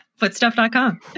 Footstuff.com